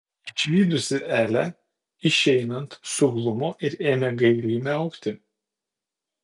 išvydusi elę išeinant suglumo ir ėmė gailiai miaukti